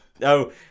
no